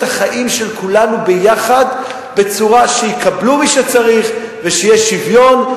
החיים של כולנו ביחד בצורה שיקבל מי שצריך ויהיה שוויון.